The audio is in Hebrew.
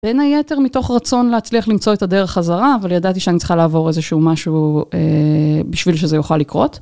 בין היתר מתוך רצון להצליח למצוא את הדרך חזרה, אבל ידעתי שאני צריכה לעבור איזשהו משהו בשביל שזה יוכל לקרות.